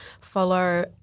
follow